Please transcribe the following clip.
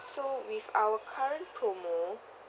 so with our current promo